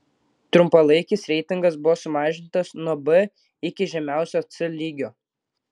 trumpalaikis reitingas buvo sumažintas nuo b iki žemiausio c lygio